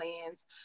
plans